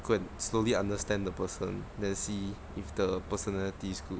go and slowly understand the person then see if the personality is good